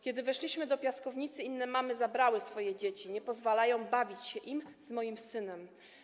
Kiedy weszliśmy do piaskownicy, inne mamy zabrały swoje dzieci, nie pozwalają bawić się im z moim synem.